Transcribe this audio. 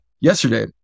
yesterday